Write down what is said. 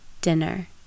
Dinner